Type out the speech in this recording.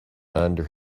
under